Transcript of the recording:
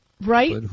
Right